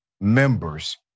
members